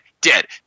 Dead